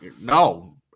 No